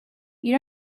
you